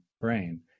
brain